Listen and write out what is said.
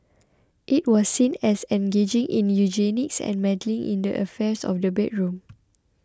it was seen as engaging in eugenics and meddling in the affairs of the bedroom